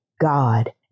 God